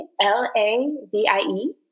L-A-V-I-E